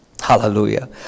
hallelujah